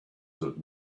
that